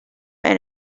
and